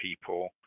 people